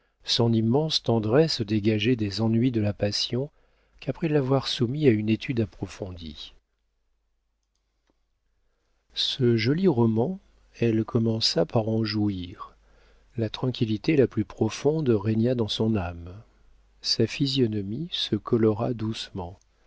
son immense tendresse dégagée des ennuis de la passion qu'après l'avoir soumis à une étude approfondie ce joli roman elle commença par en jouir la tranquillité la plus profonde régna dans son âme sa physionomie se colora doucement